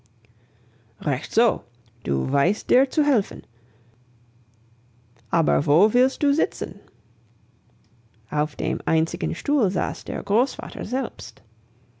recht so du weißt dir zu helfen aber wo willst du sitzen auf dem einzigen stuhl saß der großvater selbst